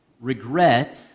regret